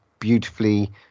beautifully